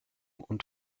und